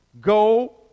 Go